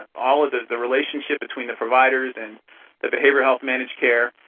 all of the the relationship between the providers and the behavioral health managed care,